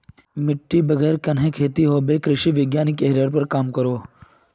मिटटीर बगैर कन्हे खेती होबे कृषि वैज्ञानिक यहिरार पोर काम करोह